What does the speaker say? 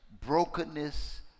brokenness